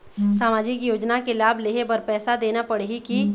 सामाजिक योजना के लाभ लेहे बर पैसा देना पड़ही की?